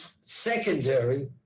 secondary